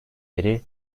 beri